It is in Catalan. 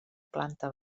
planta